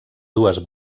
dues